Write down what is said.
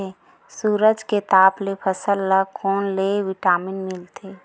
सूरज के ताप ले फसल ल कोन ले विटामिन मिल थे?